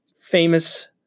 famous